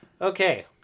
Okay